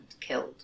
killed